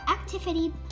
activity